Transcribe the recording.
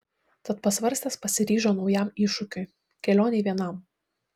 tad pasvarstęs pasiryžo naujam iššūkiui kelionei vienam